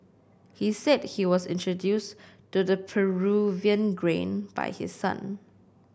he said he was introduced to the Peruvian grain by his son